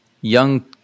young